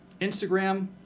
Instagram